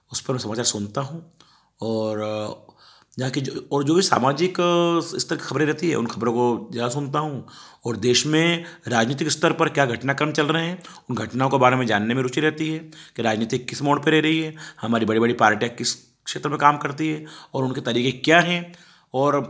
उस पर मैं समाचार सुनता हूँ और यहाँ की जो और जो भी सामाजिक स्तर की खबरें रहती हैं उन ख़बरों को जादा सुनता हूँ और देश में राजनीतिक स्तर पर क्या घटनाक्रम चल रहे हैं उन घटनाओं के बारे में जानने में रुचि रहती है कि राजनीति किस मोड़ पर रह रही है हमारी बड़ी बड़ी पार्टियाँ किस क्षेत्र में काम करती हैं और उनके तरीके क्या हैं और